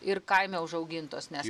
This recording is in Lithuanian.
ir kaime užaugintos nes